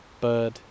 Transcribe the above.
bird